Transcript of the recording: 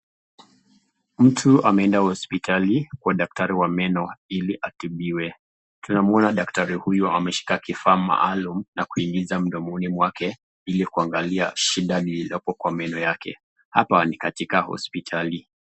Mtu ameenda hospitali kuona daktari wa meno ili atibiwe. Tunamuona daktari huyo ameshika kifaa na kuingiza mdomono mwake ili kuangalia shida gani iliyopo kwa meno yake. Hapa ni katika hospitali.